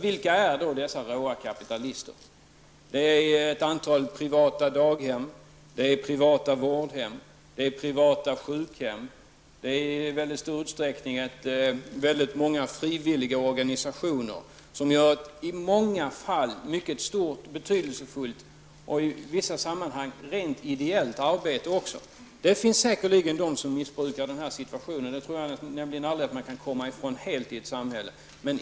Vilka är dessa råa kapitalister? Det är ett antal privata daghem, privata vårdhem, privata sjukhem och i mycket stor utsträckning frivilliga organisationer som i många fall utför ett mycket stort, betydelsefullt och ofta rent ideellt arbete. Det finns säkert de som missbrukar den här situationen. Det tror jag aldrig att man helt kan komma ifrån i ett samhälle.